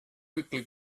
quickly